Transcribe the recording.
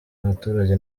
abaturage